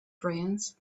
brains